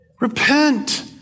repent